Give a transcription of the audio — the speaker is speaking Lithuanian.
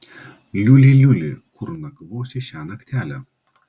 liuli liuli kur nakvosi šią naktelę